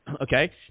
okay